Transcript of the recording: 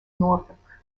norfolk